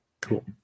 Cool